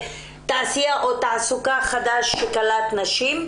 תעשייה או תעסוקה חדש שקלט נשים?